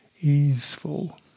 Easeful